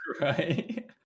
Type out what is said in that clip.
Right